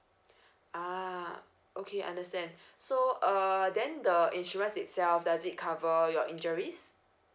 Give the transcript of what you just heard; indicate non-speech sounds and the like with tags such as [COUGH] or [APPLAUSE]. [BREATH] ah okay I understand [BREATH] so err then the insurance itself does it cover your injuries